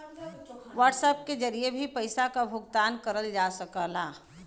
WhatsApp के जरिए भी पइसा क भुगतान करल जा सकला